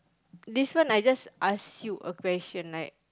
this one I just ask you a question like